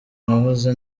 nahoze